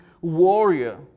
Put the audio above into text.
warrior